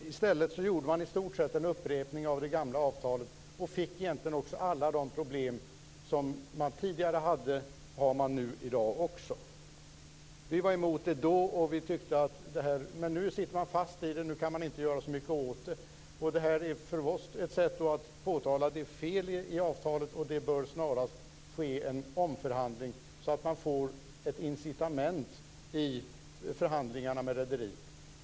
I stället gjorde man i stort sett en upprepning av det gamla avtalet och fick då egentligen alla de gamla problemen. De problem som man tidigare hade har man i dag också. Vi var då emot detta. Nu sitter man fast i det och kan inte göra så mycket åt det. Det här är för oss ett sätt att påtala de fel som finns i avtalet. Det bör snarast ske en omförhandling så att man får ett incitament i förhandlingarna med rederiet.